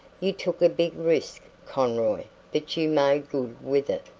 you took a big risk, conroy, but you made good with it.